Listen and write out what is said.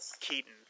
Keaton